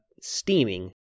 steaming